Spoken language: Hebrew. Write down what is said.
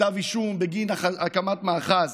כתב אישום בגין הקמת מאחז,